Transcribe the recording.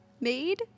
made